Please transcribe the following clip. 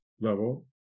level